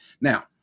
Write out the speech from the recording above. Now